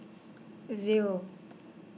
Zero